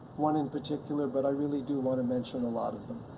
one in particular, but i really do want to mention a lot of them.